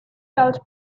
felt